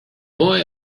boy